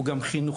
הוא גם חינוכי,